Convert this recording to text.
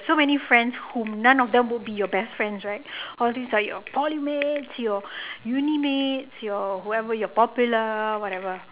so many friends whom none of them would be your best friends right all these are your poly mates your uni mates your whoever you're popular whatever